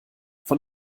von